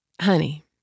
Honey